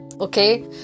okay